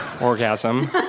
Orgasm